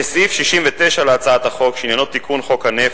וסעיף 69 להצעת החוק, שעניינו תיקון חוק הנפט,